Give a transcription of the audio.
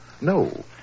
No